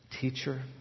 Teacher